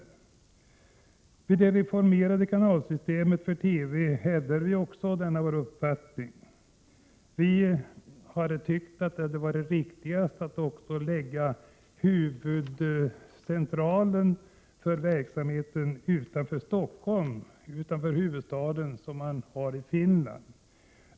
I fråga om det deformerade systemet för TV hävdar vi också denna vår uppfattning. Vi tycker att det hade varit riktigast att lägga huvudcentralen för verksamheten utanför Stockholm, utanför huvudstaden, så som man har det ordnat i Finland.